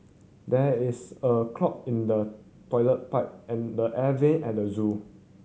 there is a clog in the toilet pipe and the air vent at the zoo